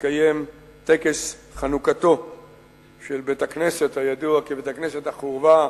מתקיים טקס חנוכתו של בית-הכנסת הידוע כבית-הכנסת "החורבה".